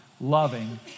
loving